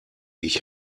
ich